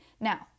Now